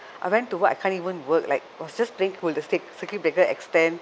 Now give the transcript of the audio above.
I went to work I can't even work like I was just praying oh the circuit breaker extend